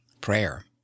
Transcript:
Prayer